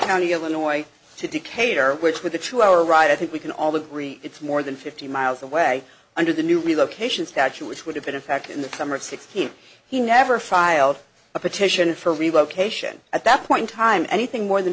county illinois to decatur which with a two hour ride i think we can all agree it's more than fifty miles away under the new relocation statute which would have been in fact in the summer of sixteen he never filed a petition for relocation at that point time anything more than